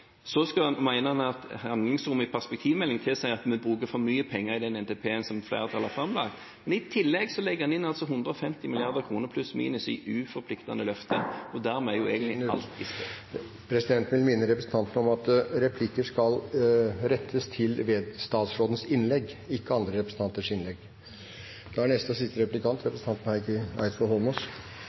så mener man at handlingsrommet i perspektivmeldingen tilsier at vi bruker for mye penger i den NTP-en som flertallet har framlagt. I tillegg legger man altså inn 150 mrd. kr, pluss–minus, i uforpliktende løfter ... Presidenten vil minne representanten om at replikker skal rettes til statsrådens innlegg, ikke til andre representanters innlegg. Statsråden representerer jo et parti av klimafornektere, og